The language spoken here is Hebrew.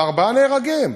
וארבעה נהרגים.